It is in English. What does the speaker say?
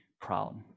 proud